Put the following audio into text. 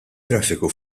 traffiku